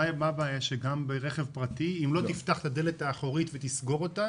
מה הבעיה שגם ברכב פרטי אם לא תפתח את הדלת האחורית ותסגור אותה